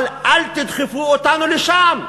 אבל אל תדחפו אותנו לשם,